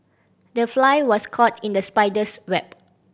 the fly was caught in the spider's web